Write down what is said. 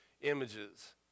images